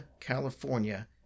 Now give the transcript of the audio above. California